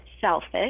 selfish